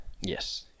Yes